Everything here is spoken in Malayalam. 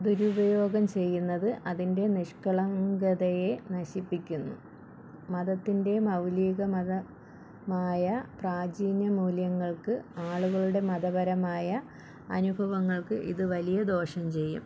ദുരുപയോഗം ചെയ്യുന്നത് അതിന്റെ നിഷ്കളങ്കതയെ നശിപ്പിക്കുന്നു മതത്തിന്റെ മൗലിക മത മായ പ്രാചീന മൂല്യങ്ങൾക്ക് ആളുകളുടെ മതപരമായ അനുഭവങ്ങൾക്ക് ഇതു വലിയ ദോഷം ചെയ്യും